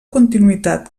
continuïtat